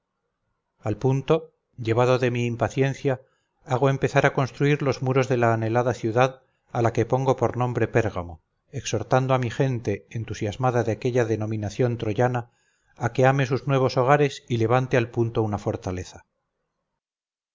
al punto llevado de mi impaciencia hago empezar a construir los muros de la anhelada ciudad a la que pongo por nombre pérgamo exhortando a mi gente entusiasmada de aquella denominación troyana a que ame sus nuevos hogares y levante al punto una fortaleza